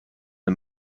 the